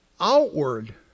outward